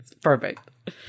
Perfect